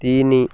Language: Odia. ତିନି